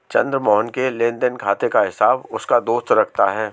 चंद्र मोहन के लेनदेन खाते का हिसाब उसका दोस्त रखता है